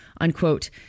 unquote